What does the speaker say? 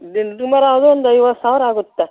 ದಿಂಡಿ ಮರ ಆದರೆ ಒಂದು ಐವತ್ತು ಸಾವಿರ ಆಗುತ್ತೆ